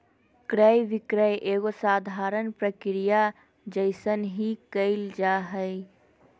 क्रय विक्रय एगो साधारण प्रक्रिया जइसन ही क़इल जा हइ